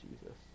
Jesus